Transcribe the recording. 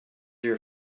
your